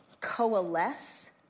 coalesce